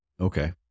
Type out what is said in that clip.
Okay